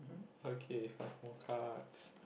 okay five more cards